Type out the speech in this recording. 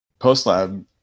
PostLab